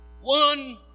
One